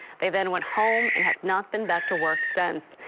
they then went home and have not been back to work since.